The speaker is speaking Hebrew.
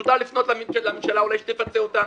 מותר לפנות לממשלה אולי שתפצה אותה,